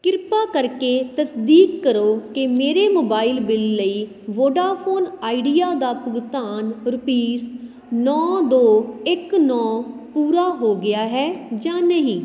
ਕਿਰਪਾ ਕਰਕੇ ਤਸਦੀਕ ਕਰੋ ਕਿ ਮੇਰੇ ਮੋਬਾਈਲ ਬਿੱਲ ਲਈ ਵੋਡਾਫੋਨ ਆਈਡੀਆ ਦਾ ਭੁਗਤਾਨ ਰੁਪੀਸ ਨੌ ਦੋ ਇੱਕ ਨੌ ਪੂਰਾ ਹੋ ਗਿਆ ਹੈ ਜਾਂ ਨਹੀਂ